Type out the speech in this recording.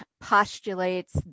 postulates